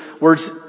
words